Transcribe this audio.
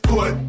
Put